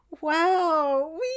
wow